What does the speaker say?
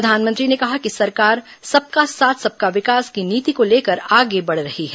प्रधानमंत्री ने कहा कि सरकार सबका साथ सबका विकास की नीति को लेकर आगे बढ़ रही है